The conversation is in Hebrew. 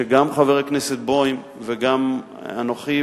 שגם חבר הכנסת בוים וגם אנוכי,